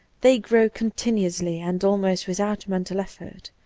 they grow continuously and almost without mental effort.